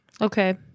Okay